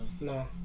No